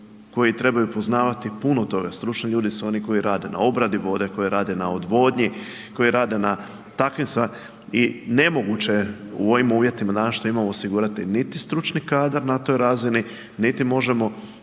koji trebaju poznavati puno toga, stručni ljudi su oni koji rade na obradi vode, koji rade na odvodnji, koji rade na takvim stvarima i nemoguće je u ovim uvjetima danas što imamo osigurati niti stručni kadar na toj razini niti možemo